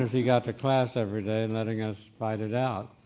as he got to class every day and letting us fight it out.